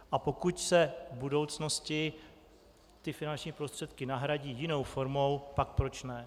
A pokud se v budoucnosti ty finanční prostředky nahradí jinou formou, pak proč ne.